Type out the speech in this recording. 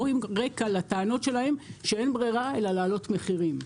לא רואים רקע לטענות שלהם שאין ברירה אלא להעלות מחירים.